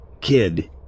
kid